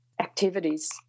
activities